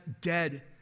dead